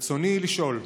רצוני לשאול: